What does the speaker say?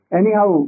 anyhow